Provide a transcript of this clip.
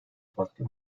farklı